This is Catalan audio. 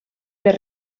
les